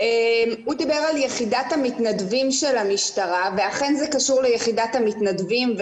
הוא דיבר על יחידת המתנדבים של המשטרה ואכן זה קשור ליחידת המתנדבים,